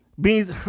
Beans